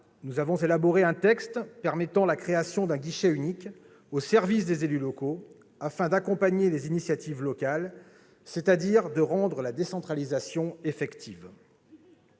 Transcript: nous avons élaboré un texte permettant la création d'un guichet unique au service des élus locaux, afin d'accompagner les initiatives locales, c'est-à-dire rendre la décentralisation effective.